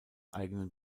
eigenen